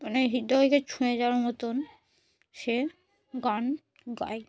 মানে হৃদয়কে ছুঁয়ে যাওয়ার মতন সে গান গায়